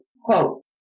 Quote